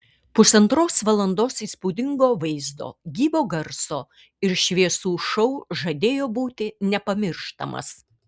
pusantros valandos įspūdingo vaizdo gyvo garso ir šviesų šou žadėjo būti nepamirštamas